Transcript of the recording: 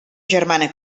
germana